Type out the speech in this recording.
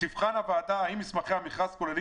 תבחן הוועדה האם מסמכי המכרז כוללים